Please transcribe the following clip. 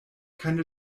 keine